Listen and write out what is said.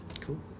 Cool